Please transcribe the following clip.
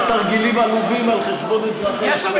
תרגילים עלובים על חשבון אזרחי ישראל.